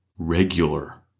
Regular